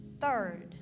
Third